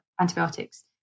antibiotics